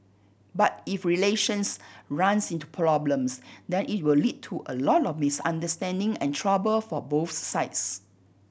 but if relations runs into problems then it will lead to a lot of misunderstanding and trouble for both sides